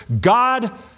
God